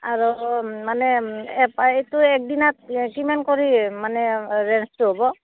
আৰু মানে এটা এইটো এক দিনত কিমান কৰি মানে ৰেন্টটো হ'ব